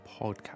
podcast